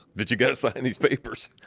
but you gotta sign these papers.